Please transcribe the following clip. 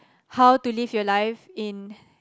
how to live your life in